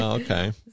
Okay